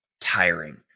tiring